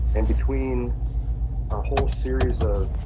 and between a whole series of